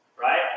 right